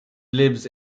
lives